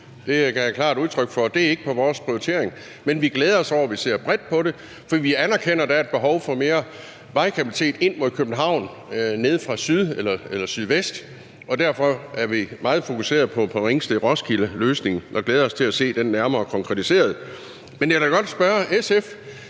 Det gav jeg klart udtryk for. Det er ikke på vores prioriteringsliste, men vi glæder os over det og ser bredt på det, for vi anerkender, at der er et behov for mere vejkapacitet ind mod København nede fra syd eller sydvest. Derfor er vi meget fokuserede på Ringsted-Roskilde-løsningen og glæder os til at se den nærmere konkretiseret. Men jeg vil da godt spørge SF